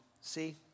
See